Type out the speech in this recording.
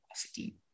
capacity